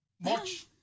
March